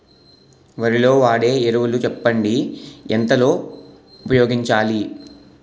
వరిలో వాడే ఎరువులు చెప్పండి? ఎంత లో ఉపయోగించాలీ?